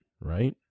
right